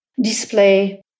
display